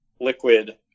liquid